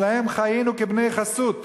שאצלם חיינו כבני חסות,